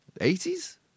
80s